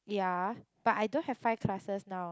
ya but I don't have five classes now